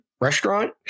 restaurant